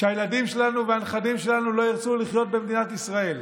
שהילדים שלנו והנכדים שלנו לא ירצו לחיות במדינת ישראל.